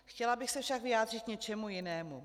Chtěla bych se však vyjádřit k něčemu jinému.